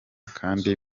kandi